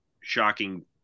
shocking